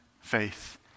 faith